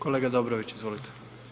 Kolega Dobrović, izvolite.